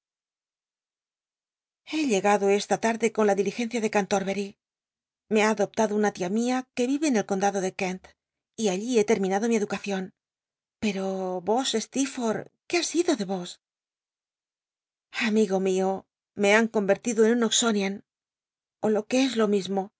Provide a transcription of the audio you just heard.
he llegado esta tarde con la diligencia de cantorbery me ha adoptado una tia mia que vive en el condado de kent y allí be terminado mi educacion pero vos steerforth qué ha sido de vos amigo mio meban comertido en un oxonietl ó jo que es lo mismo